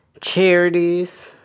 Charities